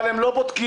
אבל הם לא בודקים.